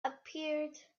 appeared